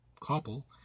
couple